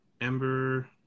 Ember